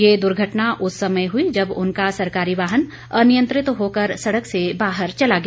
ये दुर्घटना उस समय हुई जब उनका सरकारी वाहन अनियंत्रित होकर सड़क से बाहर चला गया